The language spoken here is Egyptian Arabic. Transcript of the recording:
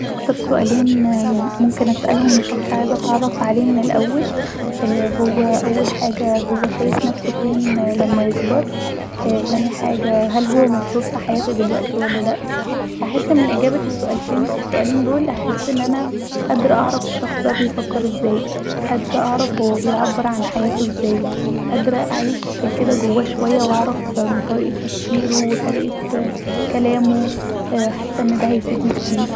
اكتر سؤالين ممكن اسألهم للشخص عايزه اتعرف عليه من الاول هو أول حاجه هو شايف نفسه فين لما يكبر تاني حاجه هل هو مبسوط في حياته دلوقتي ولا لا هحس أن اجابه السؤالين دول أن انا قادره اعرف الشخص ده هو بيفكر ازاي قادره اعرف هو بيعبر عن حياته ازاي قادره اعيش كدا جواه شويه واعرف من طريقه تفكيره وطريقه كلامه حاسه ان ده هيفدني كتير